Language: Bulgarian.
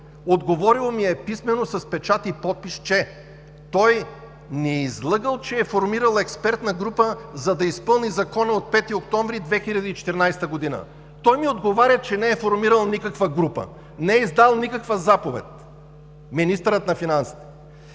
Отговорил ми е писмено с печат и подпис – той ни е излъгал, че е формирал експертна група, за да изпълни закона, на 5 октомври 2014 г. Той ми отговаря, че не е формирал никаква група. Не е издал никаква заповед министърът на финансите.